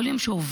כל יום שעובר